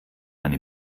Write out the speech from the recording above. eine